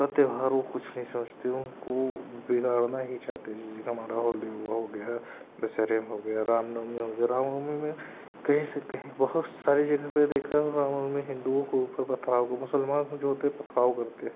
का त्यौहार को कुछ नहीं समझते वह बिगाड़ना ही चाहते किसी का हमारा होली हुआ हो गया दशहरे हो गया रामनवमी हो गया रामनवी में कहीं से कहीं बहुत सारे जगह पर देखा रामनवी हिन्दुओं के ऊपर पथराव हुआ मुसलमान जो होते हैं वे पथराव करते हैं